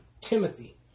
Timothy